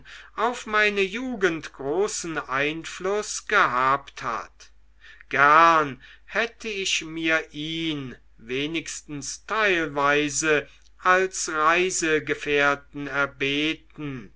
auf meine jugend großen einfluß gehabt hat gern hätt ich mir ihn wenigstens teilweise als reisegefährten erbeten